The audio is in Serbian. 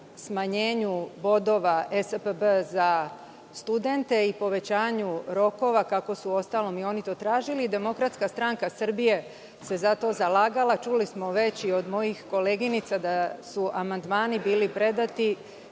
smanjenju bodova (ESPB) za studente i povećanju rokova, kako su uostalom i oni to tražili. Demokratska stranka Srbije se za to zalagala. Čuli smo već i od mojih koleginica da su amandmani bili predati